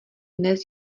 dnes